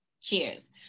Cheers